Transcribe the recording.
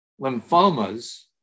lymphomas